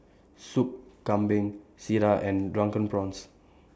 Soup Kambing Sireh and Drunken Prawns